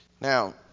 Now